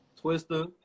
Twister